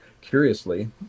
curiously